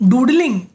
Doodling